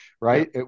Right